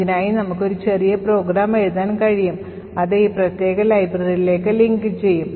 ഇതിനായി നമുക്ക് ഒരു ചെറിയ പ്രോഗ്രാം എഴുതാൻ കഴിയും അത് ഈ പ്രത്യേക ലൈബ്രറിയിലേക്ക് ലിങ്ക് ചെയ്യും